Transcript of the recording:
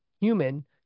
human